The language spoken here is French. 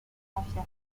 mafia